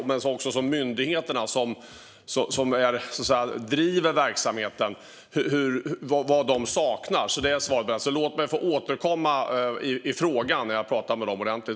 Det handlar också om vad de myndigheter som driver verksamheten saknar. Låt mig därför få återkomma i frågan när denna verksamhet är igång och när jag har pratat med dem ordentligt.